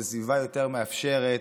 זאת סביבה יותר מאפשרת,